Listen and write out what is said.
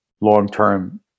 long-term